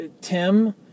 Tim